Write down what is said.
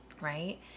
right